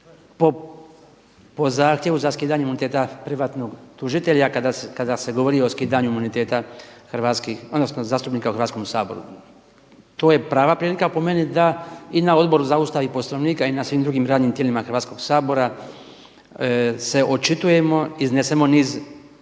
po zahtjevu za skidanje imuniteta privatnog tužitelja kada se govori o skidanju imuniteta zastupnika u Hrvatskom saboru. To je prava prilika po meni da i na Odboru za Ustav, Poslovnik a i na svim drugim radnim tijelima Hrvatskoga sabora se očitujemo iznesemo niz